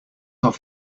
off